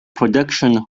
production